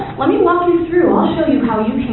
let me walk you through, i'll show you how you